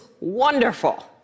wonderful